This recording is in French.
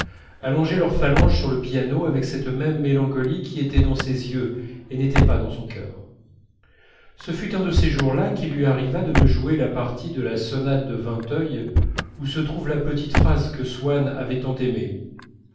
allongeaient leurs phalanges sur le piano avec cette même mélancolie qui était dans ses yeux et n'était pas dans son cœur ce fut un de ces jours-là qu'il lui arriva de me jouer la partie de la sonate de vinteuil où se trouve la petite phrase que swann avait tant aimée